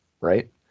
right